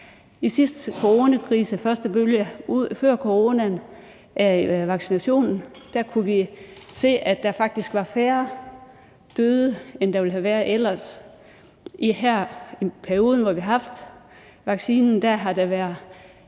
af sidste coronakrise før coronavaccinationen kunne vi se, at der faktisk var færre døde, end der ellers ville have været. I perioden, hvor vi har haft vaccinen, har der ikke